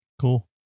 Cool